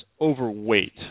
overweight